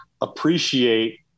appreciate